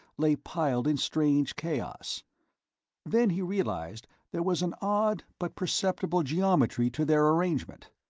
lay piled in strange chaos then he realized there was an odd, but perceptible geometry to their arrangement.